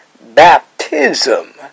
baptism